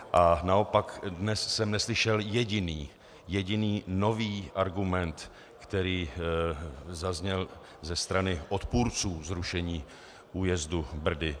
A naopak dnes jsem neslyšel jediný, jediný nový argument, který by zazněl ze strany odpůrců zrušení újezdu Brdy.